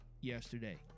yesterday